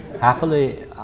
Happily